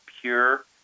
pure